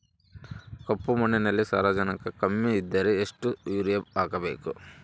ಕಪ್ಪು ಮಣ್ಣಿನಲ್ಲಿ ಸಾರಜನಕ ಕಮ್ಮಿ ಇದ್ದರೆ ಎಷ್ಟು ಯೂರಿಯಾ ಹಾಕಬೇಕು?